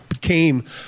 came